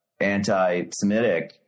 anti-Semitic